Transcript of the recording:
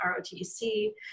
ROTC